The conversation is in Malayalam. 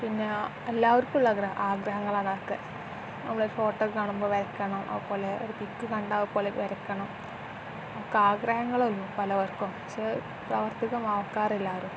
പിന്നെ എല്ലാവർക്കുമുള്ള ആഗ്രഹങ്ങളാണതൊക്കെ നമ്മൾ ഫോട്ടോ കാണുമ്പോൾ വരക്കണം അതു പോലെ ഒരു പിക്ക് കണ്ടാൽ അതു പോലെ വരക്കണം ഒക്കെ ആഗ്രഹങ്ങളാണ് പലവർക്കും പക്ഷെ പ്രാവർത്തികം ആക്കാറില്ലാരും